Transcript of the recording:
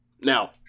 now